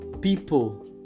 people